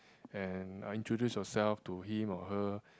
and I introduce yourself to him or her